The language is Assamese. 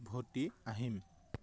উভতি আহিম